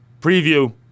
preview